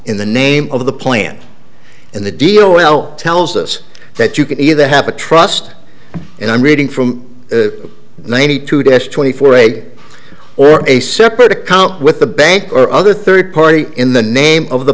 in the name of the plan in the deal well tells us that you can either have a trust and i'm reading from the ninety two days twenty four a day or a separate account with the bank or other third party in the name of the